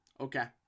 Okay